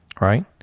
Right